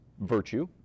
virtue